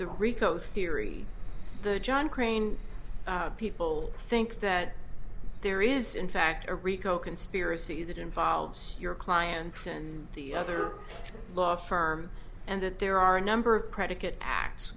the rico theory the john crane people think that there is in fact a rico conspiracy that involves your clients and the other law firm and that there are a number of predicate act